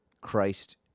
Christ